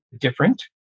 different